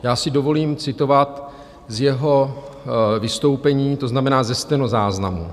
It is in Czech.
Já si dovolím citovat z jeho vystoupení, to znamená ze stenozáznamu.